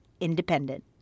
independent